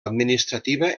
administrativa